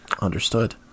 Understood